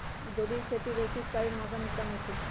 गोभी के खेती लेल शीतकालीन मौसम उत्तम होइ छइ